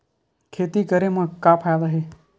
खेती करे म का फ़ायदा हे?